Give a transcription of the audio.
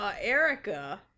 Erica